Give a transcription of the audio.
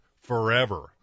forever